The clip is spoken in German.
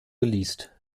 geleast